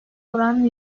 oran